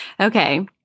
Okay